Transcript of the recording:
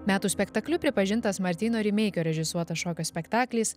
metų spektakliu pripažintas martyno rimeikio režisuotas šokio spektaklis